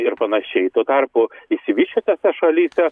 ir panašiai tuo tarpu išsivysčiusiose šalyse